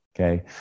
Okay